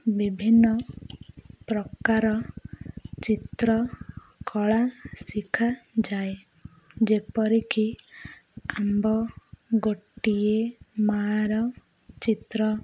ବିଭିନ୍ନ ପ୍ରକାର ଚିତ୍ର କଳା ଶିଖାଯାଏ ଯେପରିକି ଆମ୍ବ ଗୋଟିଏ ମାଆର ଚିତ୍ର